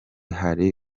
hari